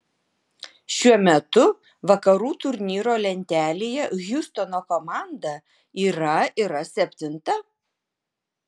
šiuo metu vakarų turnyro lentelėje hjustono komanda yra yra septinta